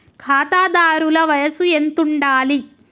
ఖాతాదారుల వయసు ఎంతుండాలి?